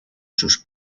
sus